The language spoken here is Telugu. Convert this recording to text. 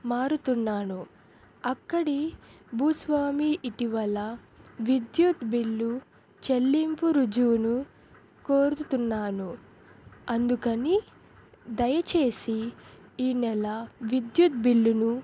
మారుతున్నాను అక్కడి భూస్వామి ఇటీవల విద్యుత్ బిల్లు చెల్లింపు రుజవును కోరుతున్నాను అందుకని దయచేసి ఈ నెల విద్యుత్ బిల్లును